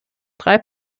drei